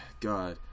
God